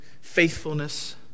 faithfulness